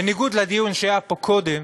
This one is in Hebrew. בניגוד לנאמר בדיון שהיה פה קודם,